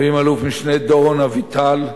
ועם אלוף-משנה דורון אביטל,